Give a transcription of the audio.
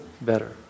better